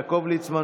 יעקב ליצמן,